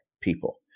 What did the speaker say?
people